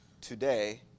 today